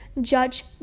judge